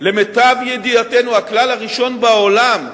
למיטב ידיעתנו, הכלל הראשון בעולם,